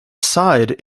side